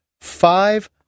Five